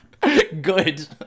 Good